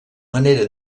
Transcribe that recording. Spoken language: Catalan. manera